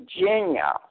Virginia